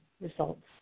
results